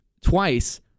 twice